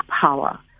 power